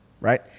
right